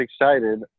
excited